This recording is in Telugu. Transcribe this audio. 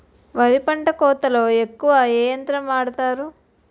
వరి పంట కోతలొ ఎక్కువ ఏ యంత్రం వాడతారు?